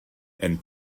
and